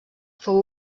fou